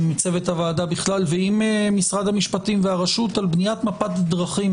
עם צוות הוועדה בכלל ועם משרד המפשטים והרשות על בניית מפת דרכים